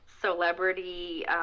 celebrity